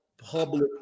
public